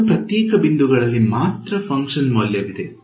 ಕೆಲವು ಪ್ರತ್ಯೇಕ ಬಿಂದುಗಳಲ್ಲಿ ಮಾತ್ರ ಫಂಕ್ಷನ್ ಮೌಲ್ಯವಿದೆ